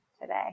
today